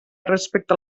respecte